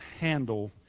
handle